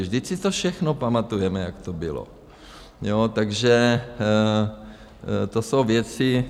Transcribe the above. Vždyť si to všechno pamatujeme, jak to bylo, jo, takže to jsou věci...